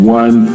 one